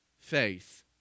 faith